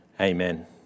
Amen